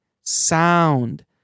sound